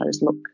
look